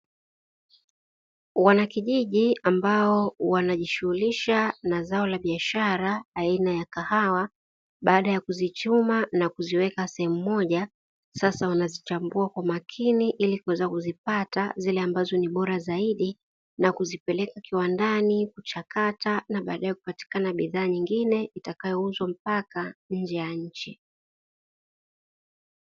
Wanakijiji ambao wana jishuhulisha na zao la biashara aina ya kahawa baada ya kuzichuma na kuziweka sehemu moja, sasa wanazichambua kwa makini ili kuweza kuzipata zile ambazo ni bora zaidi na kuzipeleka kiwandani kuchakata, na badae kupatikana bidhaa nyingine itakayouzwa mpaka nje ya nchi.